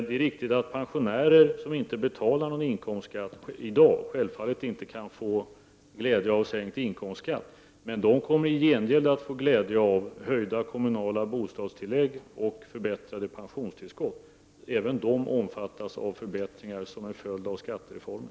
Det är riktigt att pensionärer som inte betalar någon inkomstskatt i dag självfallet inte kan få glädje av sänkt inkomstskatt, men de kommer i gengäld att få glädje av höjda kommunala bostadstillägg och förbättrade pensionstillskott. Även de omfattas av förbättringar som följer av skattereformen.